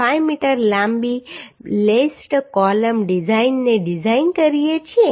5 metre લાંબી laced column ડિઝાઇનને design કરીએ છીએ